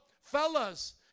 fellas